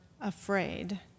afraid